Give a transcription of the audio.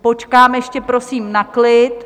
Počkám ještě prosím na klid.